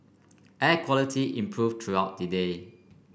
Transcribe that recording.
air quality improve throughout the day